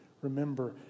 Remember